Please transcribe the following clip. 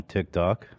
TikTok